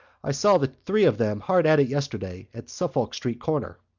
i saw the three of them hard at it yesterday at suffolk street corner.